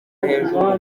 hejuru